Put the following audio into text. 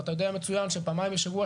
אתה יודע מצוין שפעמיים בשבוע,